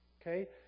Okay